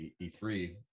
E3